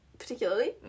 Particularly